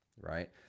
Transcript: right